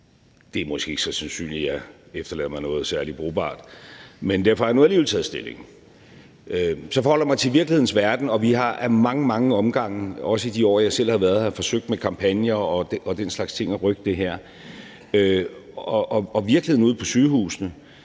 Det er måske ikke så sandsynligt, at jeg efterlader mig noget særlig brugbart, men derfor har jeg nu alligevel taget stilling. Jeg forholder mig til virkelighedens verden, og vi har ad mange, mange omgange, også i de år, hvor jeg selv har været her, med kampagner og den slags ting forsøgt at rykke det her, og virkeligheden ude på sygehusene